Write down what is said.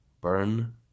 burn